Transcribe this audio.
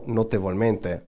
notevolmente